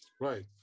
Right